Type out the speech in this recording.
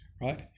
right